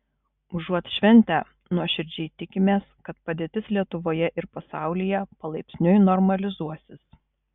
užuot šventę nuoširdžiai tikimės kad padėtis lietuvoje ir pasaulyje palaipsniui normalizuosis